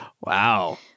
Wow